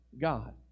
God